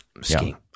skiing